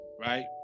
right